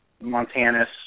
Montanus